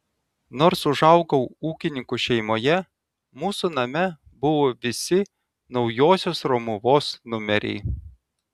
nors užaugau ūkininkų šeimoje mūsų name buvo visi naujosios romuvos numeriai